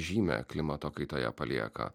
žymę klimato kaitoje palieka